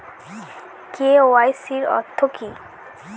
KYC অর্থ কি?